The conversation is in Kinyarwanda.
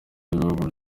ibihugu